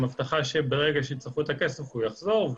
הבטחה שברגע שיצטרכו את הכסף הוא יחזור,